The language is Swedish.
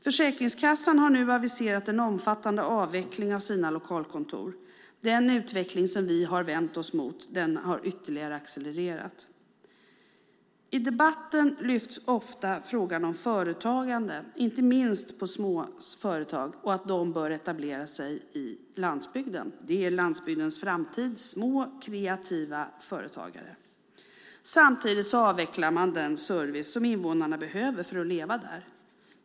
Försäkringskassan har nu aviserat en omfattande avveckling av sina lokalkontor. Den utveckling som vi vänt oss mot har ytterligare accelererat. I debatten lyfts ofta frågan om företagande fram, inte minst om att små företag bör etablera sig på landsbygden. Landsbygdens framtid är små kreativa företagare. Men samtidigt avvecklas den service som invånarna behöver för att kunna leva på landsbygden.